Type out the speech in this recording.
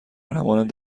همانند